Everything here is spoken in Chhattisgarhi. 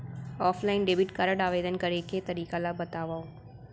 ऑफलाइन डेबिट कारड आवेदन करे के तरीका ल बतावव?